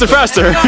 and faster!